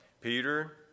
Peter